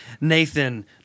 Nathan